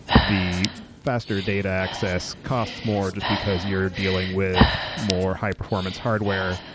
the faster data access costs more just because you're dealing with more high-performance hardware,